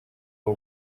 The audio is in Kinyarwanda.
bwo